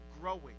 growing